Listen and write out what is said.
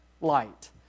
light